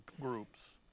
groups